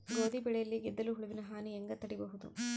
ಗೋಧಿ ಬೆಳೆಯಲ್ಲಿ ಗೆದ್ದಲು ಹುಳುವಿನ ಹಾನಿ ಹೆಂಗ ತಡೆಬಹುದು?